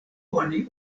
oni